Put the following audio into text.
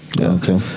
Okay